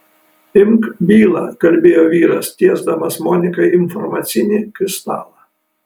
imk bylą kalbėjo vyras tiesdamas monikai informacinį kristalą